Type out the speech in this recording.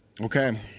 okay